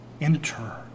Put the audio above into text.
enter